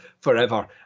forever